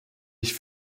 ich